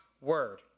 word